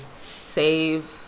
save